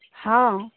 हँ